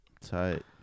Tight